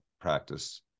practice